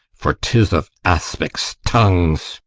for tis of aspics tongues!